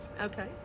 Okay